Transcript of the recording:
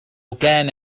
كان